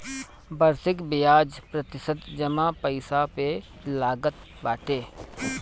वार्षिक बियाज प्रतिशत जमा पईसा पे लागत बाटे